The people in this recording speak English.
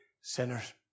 sinners